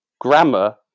grammar